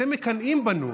אתם מקנאים בנו.